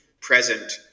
present